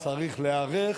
וצריך להיערך,